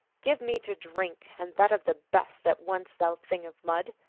give me to drink, and that of the best, at once, thou thing of mud!